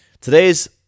today's